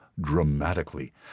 dramatically